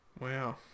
Wow